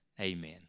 amen